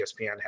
ESPN